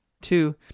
two